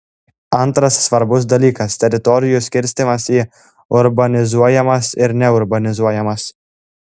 antras svarbus dalykas teritorijų skirstymas į urbanizuojamas ir neurbanizuojamas